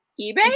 eBay